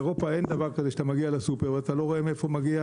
באירופה אין דבר כזה שאתה מגיע לסופר ואתה לא רואה מאיפה מגיע